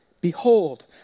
Behold